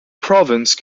province